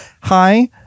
Hi